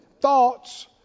thoughts